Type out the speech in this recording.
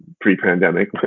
pre-pandemic